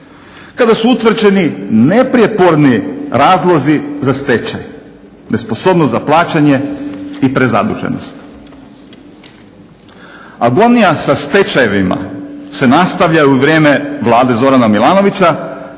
kada su utvrđeni neprijeporni razlozi za stečaj – nesposobnost za plaćanje i prezaduženost. Agonija sa stečajevima se nastavlja i u vrijeme Vlade Zorana Milanovića